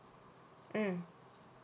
mm